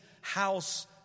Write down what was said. house